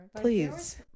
Please